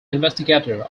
investigator